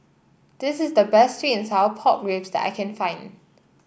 this is the best sweet and Sour Pork Ribs that I can find